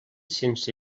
sense